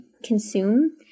consume